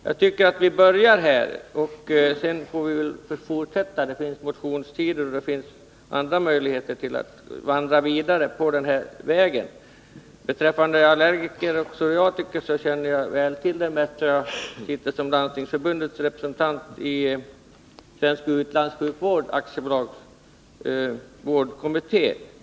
Jag tycker att vi skall börja här, och sedan får vi väl fortsätta. Det finns motionstid, och det finns andra möjligheter att vandra vidare på den här vägen. Beträffande allergiker och psoriatiker känner jag väl till problemen, eftersom jag sitter som Landstingsförbundets representant i Svensk Utlandssjukvård AB:s vårdkommitté.